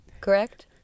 correct